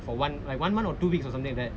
for one one month or two weeks something like that